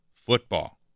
Football